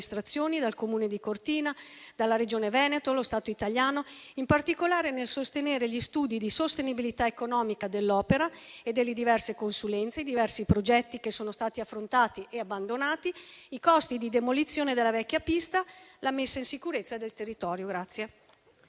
dal Comune di Cortina, dalla Regione Veneto, dallo Stato italiano, in particolare nel sostenere gli studi di sostenibilità economica dell'opera e delle diverse consulenze, i diversi progetti che sono stati affrontati e abbandonati, i costi di demolizione della vecchia pista, la messa in sicurezza del territorio.